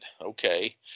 okay